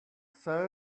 saudi